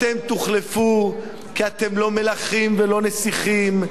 אתם תוחלפו כי אתם לא מלכים ולא נסיכים,